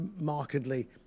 markedly